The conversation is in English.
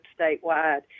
statewide